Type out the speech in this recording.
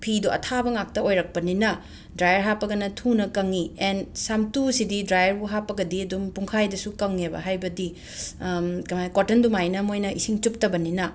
ꯐꯤꯗꯣ ꯑꯊꯥꯕ ꯉꯥꯛꯇ ꯑꯣꯏꯔꯛꯄꯅꯤꯅ ꯗ꯭ꯔꯥꯏꯌꯔ ꯍꯥꯞꯄꯒꯅ ꯊꯨꯅ ꯀꯪꯉꯤ ꯑꯦꯟ ꯁꯥꯝꯇꯨꯁꯤꯗꯤ ꯗ꯭ꯔꯥꯌꯔꯕꯨ ꯍꯥꯞꯄꯒꯗꯤ ꯑꯗꯨꯝ ꯄꯨꯡꯈꯥꯏꯗꯁꯨ ꯀꯪꯉꯦꯕ ꯍꯥꯏꯕꯗꯤ ꯀꯃꯥꯏꯅ ꯍꯥꯏ ꯀꯣꯇꯟꯗꯨꯃꯥꯏꯅ ꯃꯣꯏꯅ ꯏꯁꯤꯡ ꯆꯨꯞꯇꯕꯅꯤꯅ